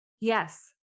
Yes